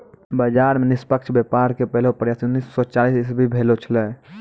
बाजार मे निष्पक्ष व्यापार के पहलो प्रयास उन्नीस सो चालीस इसवी भेलो छेलै